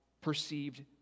perceived